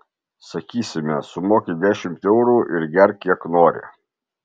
sakysime sumoki dešimt eurų ir gerk kiek nori